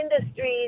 industries